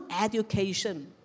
education